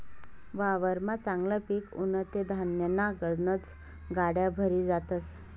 वावरमा चांगलं पिक उनं ते धान्यन्या गनज गाड्या भरी जातस